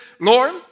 Lord